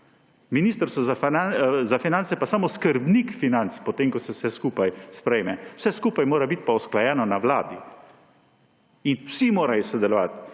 Ministrstvo za finance pa samo skrbnik financ, potem ko se vse skupaj sprejme, vse skupaj mora biti pa usklajeno na Vladi in vsi morajo sodelovati.